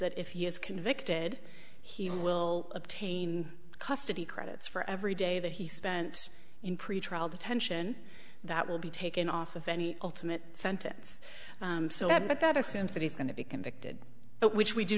that if he is convicted he will obtain custody credits for every day that he spent in pretrial detention that will be taken off of any ultimate sentence but that assumes that he's going to be convicted but which we do